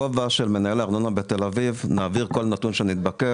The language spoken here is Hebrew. בכובע של מנהל הארנונה בתל אביב נעביר כל נתון שנתבקש.